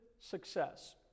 success